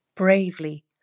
bravely